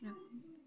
রাখুন